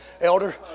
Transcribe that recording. elder